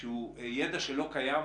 שהוא ידע שלא קיים,